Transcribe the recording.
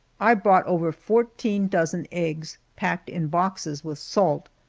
i brought over fourteen dozen eggs, packed in boxes with salt.